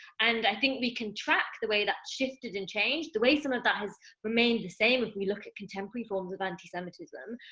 and i think we can track the way that shifted and changed. the way some of that has remained the same, if we look at contemporary forms of antisemitism,